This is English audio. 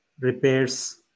repairs